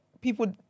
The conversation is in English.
people